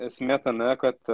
esmė tame kad